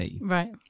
Right